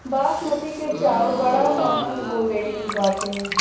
बासमती के चाऊर बड़ा महंग हो गईल बाटे